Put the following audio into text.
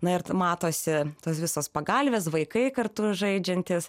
na ir matosi tos visos pagalvės vaikai kartu žaidžiantys